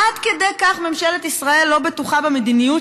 עד כדי כך ממשלת ישראל לא בטוחה במדיניות